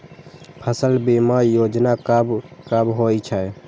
फसल बीमा योजना कब कब होय छै?